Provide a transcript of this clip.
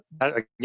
Again